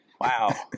Wow